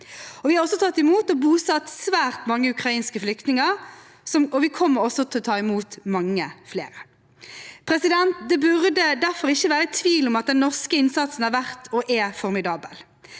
Vi har også tatt imot og bosatt svært mange ukrainske flyktninger, og vi kommer også til å ta imot mange flere. Det burde derfor ikke være tvil om at den norske innsatsen har vært og er formidabel.